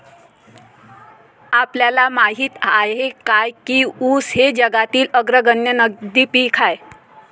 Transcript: आपल्याला माहित आहे काय की ऊस हे जगातील अग्रगण्य नगदी पीक आहे?